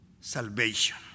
Salvation